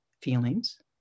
feelings